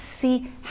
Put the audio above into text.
see